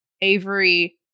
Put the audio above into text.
avery